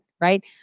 Right